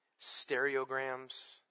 stereograms